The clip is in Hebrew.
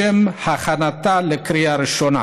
לשם הכנתה לקריאה ראשונה.